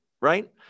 right